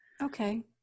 Okay